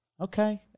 Okay